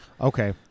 Okay